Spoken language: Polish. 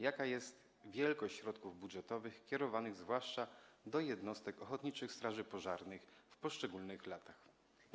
Jaka jest wielkość środków budżetowych kierowanych zwłaszcza do jednostek ochotniczych straży pożarnych w poszczególnych latach?